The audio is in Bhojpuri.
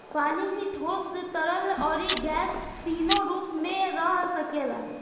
पानी ही ठोस, तरल, अउरी गैस तीनो रूप में रह सकेला